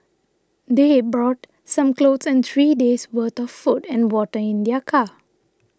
they A brought some clothes and three days' worth of food and water in their car